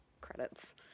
credits